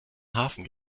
hafen